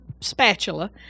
spatula